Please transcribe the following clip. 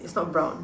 it's not brown